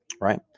right